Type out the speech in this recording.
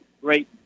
great –